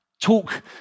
talk